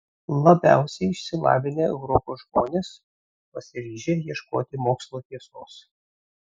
labiausiai išsilavinę europos žmonės pasiryžę ieškoti mokslo tiesos